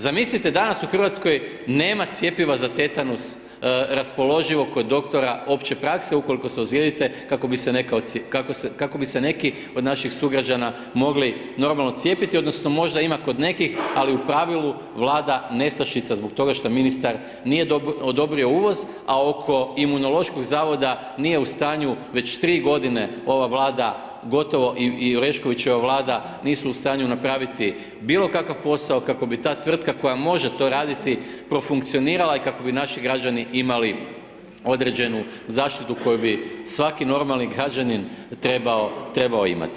Zamislite danas u Hrvatskoj nema cjepiva za tetanus raspoloživog kod doktora opće prakse, ukoliko se ozlijedite kako bi se neki od naših sugrađana mogli normalno cijepiti odnosno možda ima kod nekih, ali u pravilu vlada nestašica zbog toga što ministar nije odobrio uvoz, a oko Imunološkog zavoda nije u stanju već 3 godine ova Vlada gotovo i Oreškovićeva vlada nisu u stanju napraviti bilo kakav posao kako bi ta tvrtka koja može to raditi, profunkcionirala i kako bi naši građani imali određenu zaštitu koju bi svaki normalni građanin trebao, trebao imati.